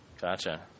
Gotcha